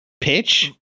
pitch